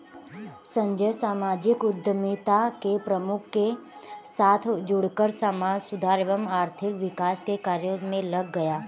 संजय सामाजिक उद्यमिता के प्रमुख के साथ जुड़कर समाज सुधार एवं आर्थिक विकास के कार्य मे लग गया